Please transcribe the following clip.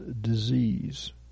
disease